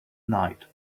night